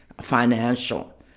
financial